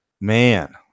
Man